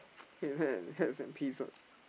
here is hats hats and pins [what]